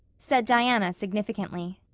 said diana significantly.